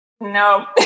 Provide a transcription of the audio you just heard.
no